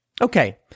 Okay